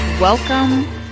Welcome